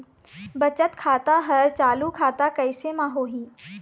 बचत खाता हर चालू खाता कैसे म होही?